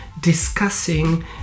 discussing